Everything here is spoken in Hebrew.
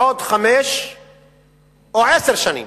בעוד חמש או עשר שנים,